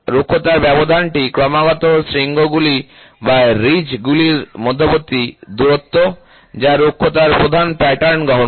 রুক্ষতার ব্যবধানটি ক্রমাগত শৃঙ্গগুলি বা রিজ গুলির মধ্যবর্তী দূরত্ব যা রুক্ষতার প্রধান প্যাটার্ন গঠন করে